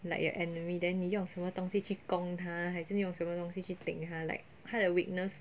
like your enemy then 你用什么东西去攻他还是你用什么东西去顶他 like 他的 weakness